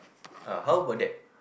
ah how about that